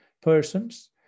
persons